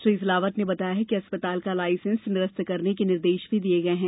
श्री सिलावट ने बताया है कि अस्पताल का लायसेंस निरस्त करने के निर्देश भी दिये गये हैं